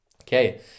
Okay